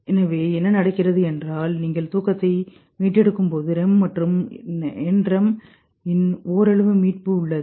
எனவே என்ன நடக்கிறது என்றால் நீங்கள் தூக்கத்தை மீட்டெடுக்கும்போது REM மற்றும் NREM இன் ஓரளவு மீட்பு உள்ளது